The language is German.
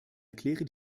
erkläre